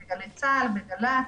בגלי צה"ל, בגל"צ,